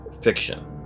fiction